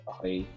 Okay